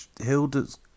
Hilda's